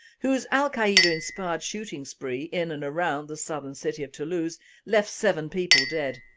whose al-qaeda-inspired shooting spree in and around the southern city of toulouse left seven people dead.